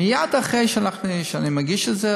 מייד אחרי שאני מגיש את זה,